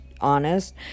honest